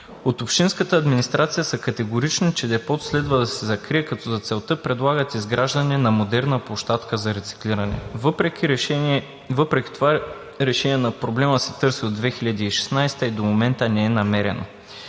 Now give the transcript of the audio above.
От общинската администрация са категорични, че депото следва да се закрие, като за целта предлагат изграждане на модерна площадка за рециклиране, въпреки това решение на проблема от 2016 г. се търси и до момента не е намерено.